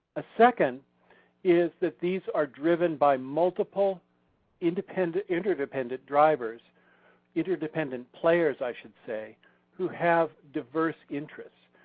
a second is that these are driven by multiple interdependent interdependent drivers interdependent players i should say who have diverse interests.